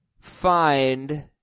find